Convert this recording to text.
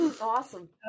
Awesome